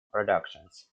productions